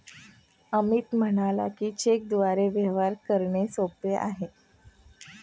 अमित म्हणाला की, चेकद्वारे व्यवहार करणे सोपे आहे